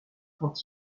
quand